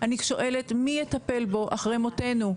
אני שואלת מי יטפל בו אחרי מותנו?